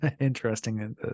interesting